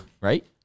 right